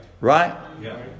Right